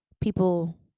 people